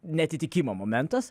neatitikimo momentas